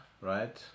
right